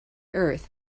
earth